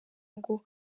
ngo